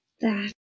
That